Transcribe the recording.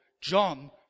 John